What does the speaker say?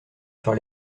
sur